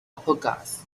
hookahs